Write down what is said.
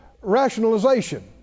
rationalization